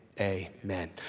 amen